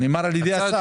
זה מה שנאמר על ידי השר,